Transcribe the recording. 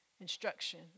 instruction